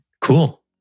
Cool